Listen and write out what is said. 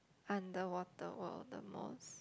underwater world the most